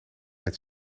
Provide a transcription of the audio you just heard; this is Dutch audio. met